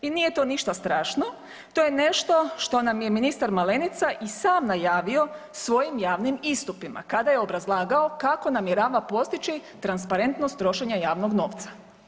I nije to ništa strašno, to je nešto što nam je ministar Malenica i sam najavio svojim javnim istupima kada je obrazlagao kako namjerava postići transparentnost trošenja javnog novca.